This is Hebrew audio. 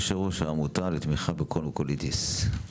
יו"ר העמותה לתמיכה בקרוהן וקוליטיס.